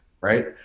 Right